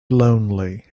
lonely